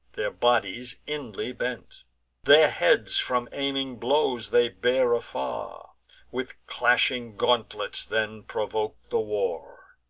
their bodies inly bent their heads from aiming blows they bear afar with clashing gauntlets then provoke the war.